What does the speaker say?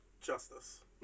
Justice